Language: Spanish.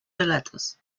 relatos